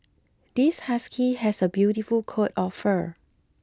this husky has a beautiful coat of fur